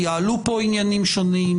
יעלו פה עניינים שונים,